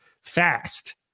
fast